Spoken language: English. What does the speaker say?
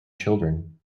children